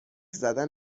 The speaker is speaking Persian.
زدن